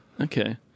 Okay